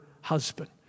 husband